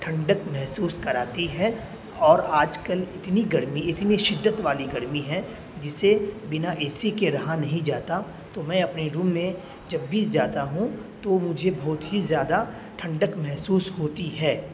ٹھنڈک محسوس کراتی ہے اور آج کل اتنی گرمی اتنی شدت والی گرمی ہے جسے بنا اے سی کے رہا نہیں جاتا تو میں اپنے روم میں جب بھی جاتا ہوں تو مجھے بہت ہی زیادہ ٹھنڈک محسوس ہوتی ہے